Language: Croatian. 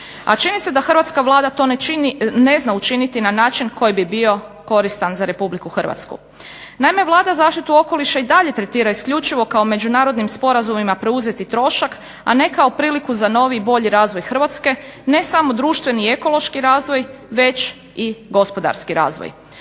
A čini se da to hrvatska Vlada ne zna učiniti na način koji bi bio koristan za RH. Naime, Vlada zaštitu okoliša i dalje tretira isključivo kao međunarodnim sporazumima preuzeti trošak, a ne kao priliku za bolji i novi razvoj Hrvatske, ne samo društveni i ekološki razvoj već i gospodarski razvoj.